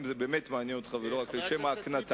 אם זה באמת מעניין אותך ולא רק לשם ההקנטה,